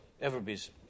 everybody's